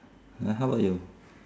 then how about you